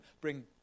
bring